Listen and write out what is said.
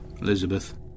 Elizabeth